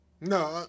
No